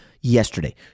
yesterday